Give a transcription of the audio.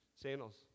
sandals